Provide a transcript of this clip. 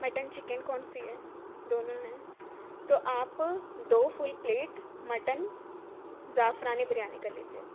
mutton chicken کون سی ہے دونوں ہیں تو آپ دو فل پلیٹ مٹن زعفرانی بریانی کر لیجیے